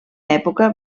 època